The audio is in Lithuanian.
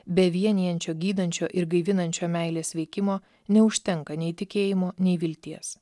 be vienijančio gydančio ir gaivinančio meilės veikimo neužtenka nei tikėjimo nei vilties